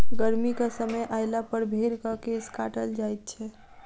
गर्मीक समय अयलापर भेंड़क केश काटल जाइत छै